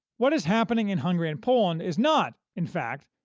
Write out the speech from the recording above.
what is happening in hungary and poland is not, in fact,